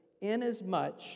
...inasmuch